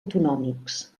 autonòmics